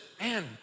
Man